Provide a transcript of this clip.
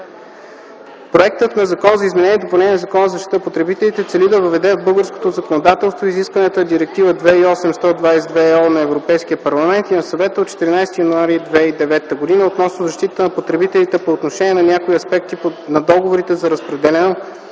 Проектът на Закон за изменение и допълнение на Закона за защита на потребителите цели да въведе в българското законодателство изискванията на Директива 2008/122/ЕО на Европейския парламент и на Съвета от 14 януари 2009 г. относно защитата на потребителите по отношение на някои аспекти на договорите за разпределено